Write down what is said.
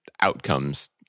outcomes